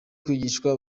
kwigishwa